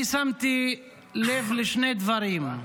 אני שמתי לב לשני דברים: